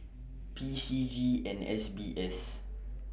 P C G and S B S